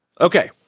Okay